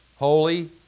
holy